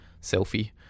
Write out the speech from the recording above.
selfie